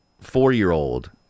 four-year-old